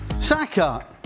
Saka